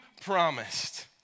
promised